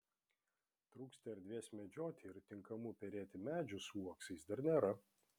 trūksta erdvės medžioti ir tinkamų perėti medžių su uoksais dar nėra